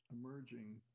emerging